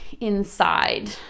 inside